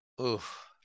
Oof